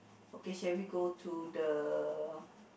okay shall we go to the